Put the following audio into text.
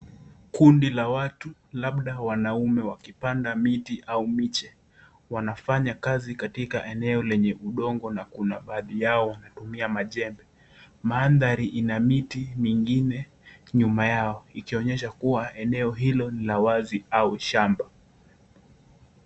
Kundi la watu labda wanaume wakipanda miti au miche . Wanafanya kazi katika eneo lenye udongo na kuna baadhi yao wakitumia majembe. Mandhari ina miti mingine nyuma yao ikionyesha kuwa eneo hilo ni la wazi au shamba.